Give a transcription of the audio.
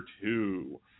two